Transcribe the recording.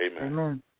Amen